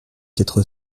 quatre